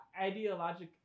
ideological